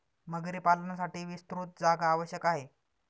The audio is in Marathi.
मगरी पालनासाठी विस्तृत जागा आवश्यक आहे